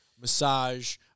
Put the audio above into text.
massage